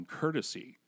courtesy